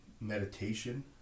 meditation